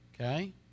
okay